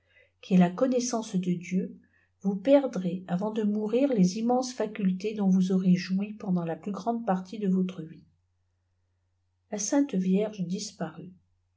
qui est la connaissance de dieu vous perdrez avant de mourir les immenses facultés dont vous aurez joui pendant la plus grande partie de votre vie la sainte vierge disparut